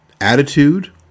Attitude